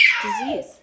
disease